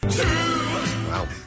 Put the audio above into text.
Wow